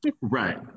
right